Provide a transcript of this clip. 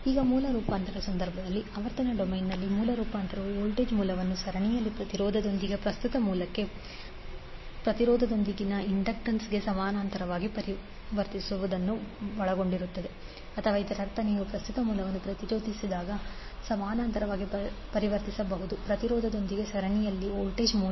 ಈಗ ಮೂಲ ರೂಪಾಂತರದ ಸಂದರ್ಭದಲ್ಲಿ ಆವರ್ತನ ಡೊಮೇನ್ನಲ್ಲಿ ಮೂಲ ರೂಪಾಂತರವು ವೋಲ್ಟೇಜ್ ಮೂಲವನ್ನು ಸರಣಿಯಲ್ಲಿ ಪ್ರತಿರೋಧದೊಂದಿಗೆ ಪ್ರಸ್ತುತ ಮೂಲಕ್ಕೆ ಪ್ರತಿರೋಧದೊಂದಿಗೆ ಇಂಪೆಡೆನ್ಸ್ಗೆ ಸಮಾನಾಂತರವಾಗಿ ಪರಿವರ್ತಿಸುವುದನ್ನು ಒಳಗೊಂಡಿರುತ್ತದೆ ಅಥವಾ ಇದರರ್ಥ ನೀವು ಪ್ರಸ್ತುತ ಮೂಲವನ್ನು ಪ್ರತಿರೋಧದೊಂದಿಗೆ ಸಮಾನಾಂತರವಾಗಿ ಪರಿವರ್ತಿಸಬಹುದು ಪ್ರತಿರೋಧದೊಂದಿಗೆ ಸರಣಿಯಲ್ಲಿ ವೋಲ್ಟೇಜ್ ಮೂಲ